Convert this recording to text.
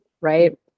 right